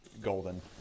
golden